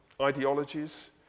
ideologies